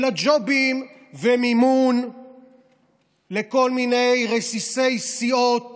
אלא ג'ובים ומימון לכל מיני רסיסי סיעות